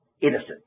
innocent